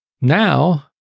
Now